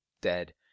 dead